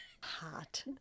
Hot